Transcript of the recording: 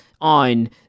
on